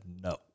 no